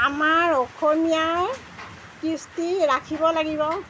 আমাৰ অসমীয়াৰ কৃষ্টি ৰাখিব লাগিব